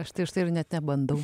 aš tai už tai ir net nebandau